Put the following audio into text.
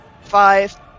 five